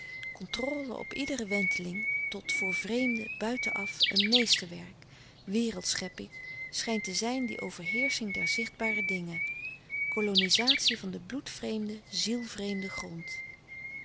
contrôle op iedere wenteling tot voor vreemden buitenaf een meesterwerk wereldschepping schijnt te zijn die overheersching der zichtbare dingen kolonilouis couperus de stille kracht zatie van den bloedvreemden zielvreemden grond